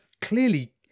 clearly